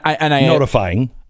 Notifying